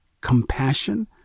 compassion